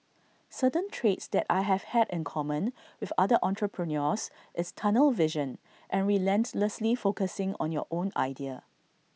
certain traits that I have had in common with other entrepreneurs is tunnel vision and relentlessly focusing on your own idea